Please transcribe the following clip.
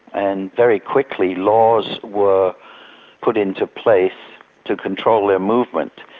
and very quickly, laws were put into place to control their movement,